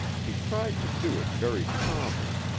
he tried to do it very calmly,